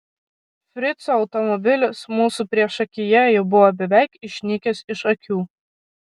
frico automobilis mūsų priešakyje jau buvo beveik išnykęs iš akių